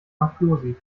mafiosi